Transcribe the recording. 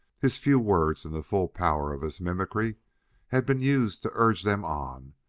his few words and the full power of his mimicry had been used to urge them on,